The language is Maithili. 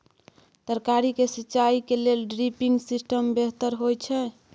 तरकारी के सिंचाई के लेल ड्रिपिंग सिस्टम बेहतर होए छै?